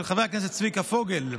של חבר הכנסת צביקה פוגל,